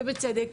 בצדק,